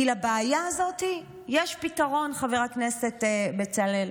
כי לבעיה הזאת יש פתרון, חבר הכנסת בצלאל.